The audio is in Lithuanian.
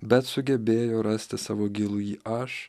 bet sugebėjo rasti savo gilųjį aš